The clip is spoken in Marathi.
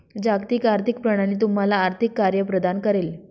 जागतिक आर्थिक प्रणाली तुम्हाला आर्थिक कार्ये प्रदान करेल